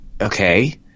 okay